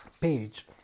page